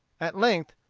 at length,